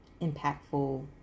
impactful